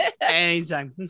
Anytime